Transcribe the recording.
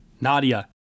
Nadia